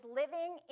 living